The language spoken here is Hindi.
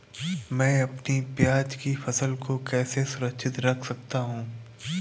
मैं अपनी प्याज की फसल को कैसे सुरक्षित रख सकता हूँ?